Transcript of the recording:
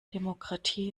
demokratie